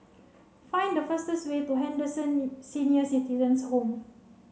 find the fastest way to Henderson Senior Citizens' Home